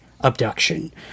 abduction